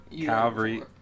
Calvary